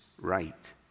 right